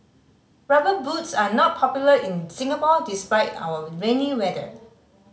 Rubber Boots are not popular in Singapore despite our rainy weather